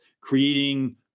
creating